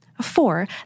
Four